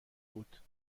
بود